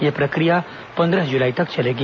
यह प्रक्रिया पंद्रह जुलाई तक चलेगी